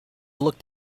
looked